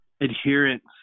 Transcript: adherence